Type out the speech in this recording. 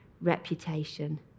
reputation